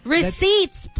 Receipts